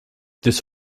this